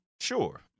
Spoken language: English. Sure